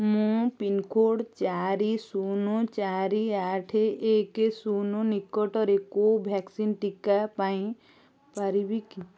ମୁଁ ପିନ୍କୋଡ଼୍ ଚାରି ଶୂନ ଚାରି ଆଠ ଏକ ଶୂନ ନିକଟରେ କୋଭ୍ୟାକ୍ସିନ୍ ଟୀକା ପାଇଁ ପାରିବି କି